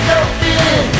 open